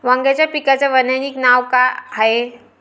वांग्याच्या पिकाचं वैज्ञानिक नाव का हाये?